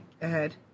ahead